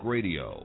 Radio